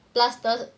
plus the